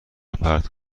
روپرت